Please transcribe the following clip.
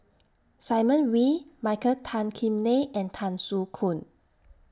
Simon Wee Michael Tan Kim Nei and Tan Soo Khoon